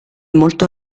molto